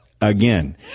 again